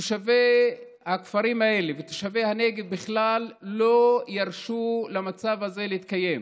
תושבי הכפרים האלה ותושבי הנגב בכלל לא ירשו למצב הזה להתקיים.